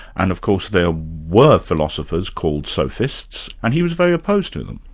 and of course there were philosophers called sophists and he was very opposed to them.